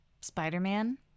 Spider-Man